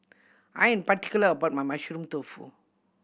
I am particular about my Mushroom Tofu